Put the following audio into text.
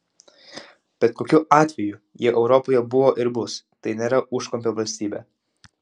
bet kokiu atveju jie europoje buvo ir bus tai nėra užkampio valstybė